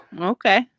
Okay